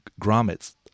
grommets